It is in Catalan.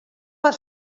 per